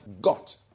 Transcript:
Got